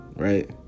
Right